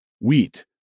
wheat